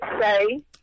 say